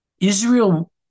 Israel